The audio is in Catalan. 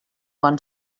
bon